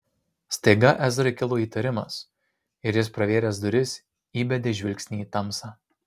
staiga ezrai kilo įtarimas ir jis pravėręs duris įbedė žvilgsnį į tamsą